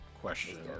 question